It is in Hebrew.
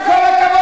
עם כל הכבוד,